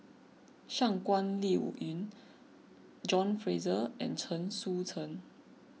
Shangguan Liuyun John Fraser and Chen Sucheng